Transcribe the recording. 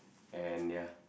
and ya